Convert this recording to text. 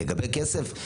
לגבי כסף,